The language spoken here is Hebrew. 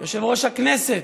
יושב-ראש הכנסת,